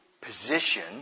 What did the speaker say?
position